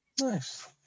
Nice